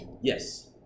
Yes